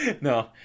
no